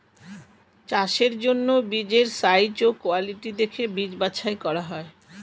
চাষের জন্য বীজের সাইজ ও কোয়ালিটি দেখে বীজ বাছাই করা হয়